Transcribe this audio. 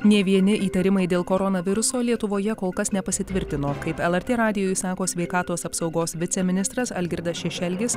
nė vieni įtarimai dėl koronaviruso lietuvoje kol kas nepasitvirtino kaip lrt radijui sako sveikatos apsaugos viceministras algirdas šešelgis